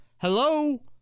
hello